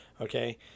Okay